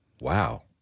Wow